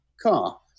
car